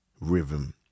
rhythm